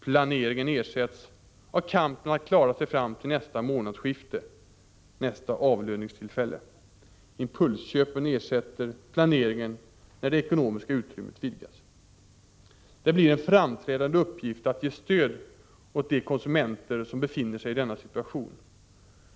Planeringen ersätts av kampen att klara sig fram till nästa månadsskifte, nästa avlöningstillfälle, impulsköpen ersätter planeringen när det ekonomiska utrymmet vidgas. Det blir en framträdande uppgift att ge stöd åt de konsumenter som befinner sig i denna situation.